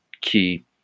key